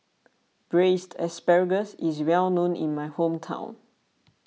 Braised Asparagus is well known in my hometown